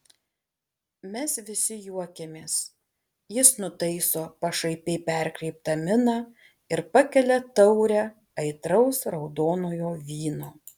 mes visi juokiamės jis nutaiso pašaipiai perkreiptą miną ir pakelia taurę aitraus raudonojo vyno